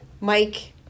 Mike